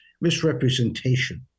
misrepresentation